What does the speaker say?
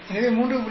எனவே 3